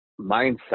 mindset